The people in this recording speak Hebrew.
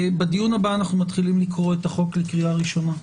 בדיון הבא נתחיל לקרוא את החוק לקריאה ראשונה.